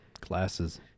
Glasses